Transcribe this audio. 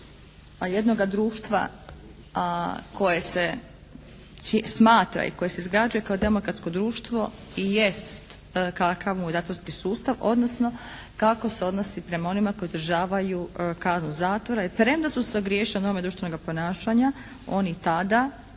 jednoga društva koje se smatra i koje se izgrađuje kao demokratsko društvo jest kakav mu je zatvorski sustav, odnosno kako se odnosi prema onima koji izdržavaju kaznu zatvora premda su se ogriješili o norme društvenoga ponašanja oni tada